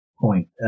point